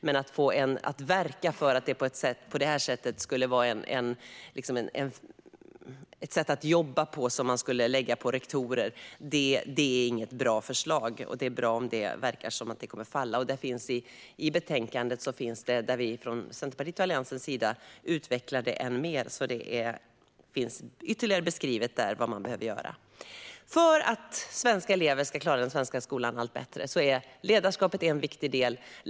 Men att verka för att detta sätt att jobba ska läggas på rektorer är inget bra förslag, och det är bra att det verkar som att detta förslag kommer att falla. I betänkandet utvecklar vi från Centerpartiets och Alliansens sida detta än mer, och det finns där ytterligare beskrivet vad man behöver göra. För att svenska elever ska klara skolan allt bättre är ledarskapet en viktig del.